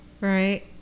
right